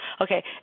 Okay